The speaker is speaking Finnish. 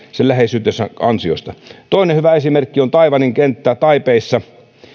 läheisyytensä ansiosta toinen hyvä esimerkki on taipein kenttä taiwanissa